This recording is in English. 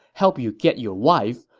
help you get your wife,